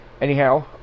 Anyhow